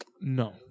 No